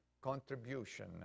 contribution